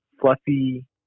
fluffy